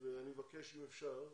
אני מבקש, אם אפשר,